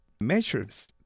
measures